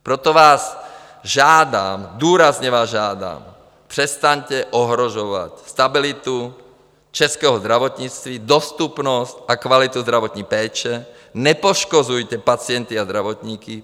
Proto vás žádám, důrazně vás žádám, přestaňte ohrožovat stabilitu českého zdravotnictví, dostupnost a kvalitu zdravotní péče, nepoškozujte pacienty a zdravotníky.